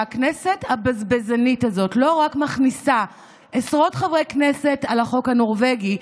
שהכנסת הבזבזנית הזאת לא רק מכניסה עשרות חברי כנסת עם החוק הנורבגי,